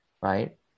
right